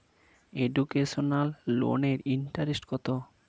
Educational লোনের interest কত?